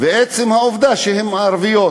ומעצם העובדה שהן ערביות.